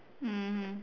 mmhmm